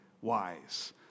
wise